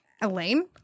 Elaine